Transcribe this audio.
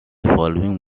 following